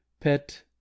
pet